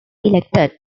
elected